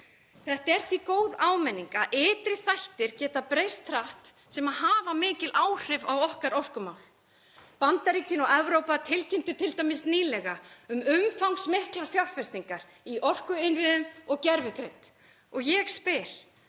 Þetta er því góð áminning um að ytri þættir geta breyst hratt sem hafa mikil áhrif á okkar orkumál. Bandaríkin og Evrópa tilkynntu t.d. nýlega um umfangsmiklar fjárfestingar í orkuinnviðum og gervigreind. Og ég spyr: